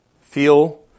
feel